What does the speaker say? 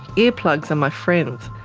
earplugs are my friends.